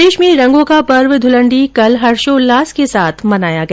प्रदेश में रंगो का पर्व ध्लंडी कल हर्षोल्लास के साथ मनाया गया